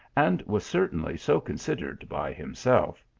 and was certainly so considered by himself.